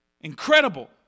Incredible